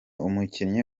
umukinnyi